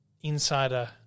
Insider